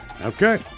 Okay